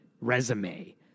resume